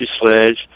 Sledge